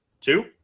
two